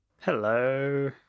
Hello